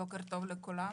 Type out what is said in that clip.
בוקר טוב לכולם.